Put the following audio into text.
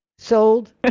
sold